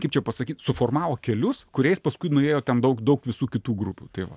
kaip čia pasakyt suformavo kelius kuriais paskui nuėjo ten daug daug visų kitų grupių tai va